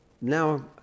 Now